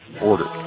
order